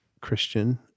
Christian